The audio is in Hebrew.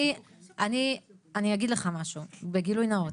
אני אגיד לך משהו בגילוי נאות.